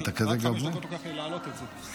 בבקשה.